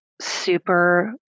super